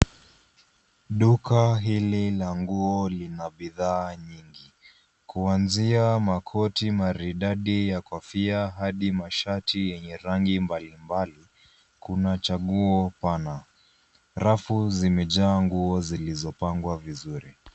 Duka hili la nguo lina bidhaa nyingi, kuanzia makoti maridadi ya kofia hadi mashati yenye rangi mbalimbali. Kuna chaguo pana. Rafu zimejaa nguo zilizopangwa vizuri.